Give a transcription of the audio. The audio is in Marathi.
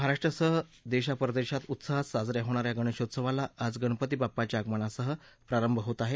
महाराष्ट्रसह देशा परदेशात उत्साहात साज या होणा या गणेशोत्सवाला आज गणपती बाप्पाच्या आगमनासह प्रारंभ होत आहे